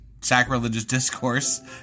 sacrilegiousdiscourse